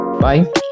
Bye